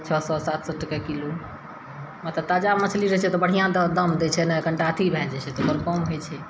छओ सए सात सए टके किलो मतलब ताजा मछली रहै छै तऽ बढ़िआँ दऽ दाम दै छै आ नइ कनिटा अथी भए जाए छै तऽ कम हइ छै